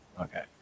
Okay